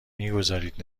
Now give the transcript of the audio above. میگذارید